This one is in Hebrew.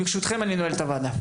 אני נועל את הוועדה.